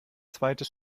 zweites